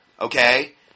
Okay